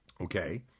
Okay